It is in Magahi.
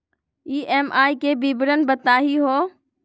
ई.एम.आई के विवरण बताही हो?